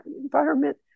environment